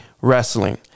wrestling